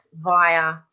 via